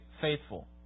faithful